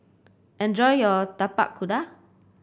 enjoy your Tapak Kuda